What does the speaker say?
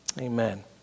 Amen